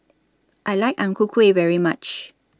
I like Ang Ku Kueh very much